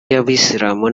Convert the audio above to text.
y’abayisilamu